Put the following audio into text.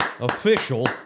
official